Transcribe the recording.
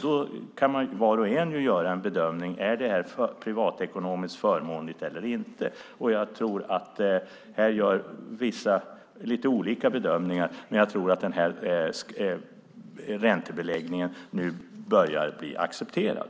Då kan ju var och en göra bedömningen om det är privatekonomiskt förmånligt eller inte. Jag tror att här gör vissa lite olika bedömningar men att den här räntebeläggningen nu börjar bli accepterad.